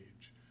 age